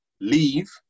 leave